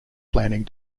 planning